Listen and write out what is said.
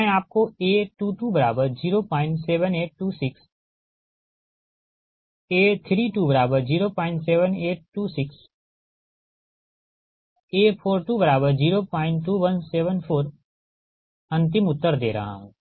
तो मैं आपको A2207826A3207826A4202174 अंतिम उत्तर दे रहा हूँ